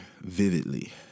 vividly